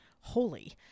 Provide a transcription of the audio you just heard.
holy